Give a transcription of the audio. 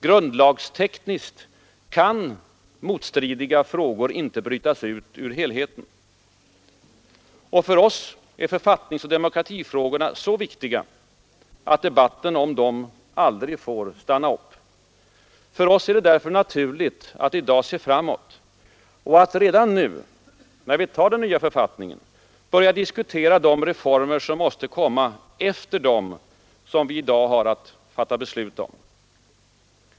Grundlagstekniskt kan motstridiga frågor inte brytas ut ur helheten. För oss är författningsoch demokratifrågorna så viktiga att debatten om dem aldrig får avstanna. För oss är det naturligt att redan i dag se framåt och att redan nu, när vi tar den nya författningen, börja diskutera de reformer som måste komma efter dem som vi i dag har att fatta beslut om.